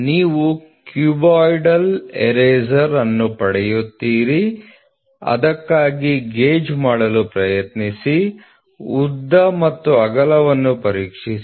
ನೀವು cuboidal eraser ಅನ್ನು ಪಡೆಯುತ್ತೀರಿ ಅದಕ್ಕಾಗಿ ಗೇಜ್ ಮಾಡಲು ಪ್ರಯತ್ನಿಸಿ ಉದ್ದ ಮತ್ತು ಅಗಲವನ್ನು ಪರೀಕ್ಷಿಸಿ